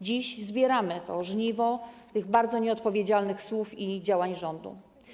Dziś zbieramy żniwo tych bardzo nieodpowiedzialnych słów i działań rządu.